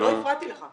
לא הפרעתי לך.